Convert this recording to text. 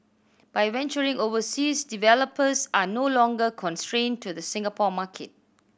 by venturing overseas developers are no longer constrained to the Singapore market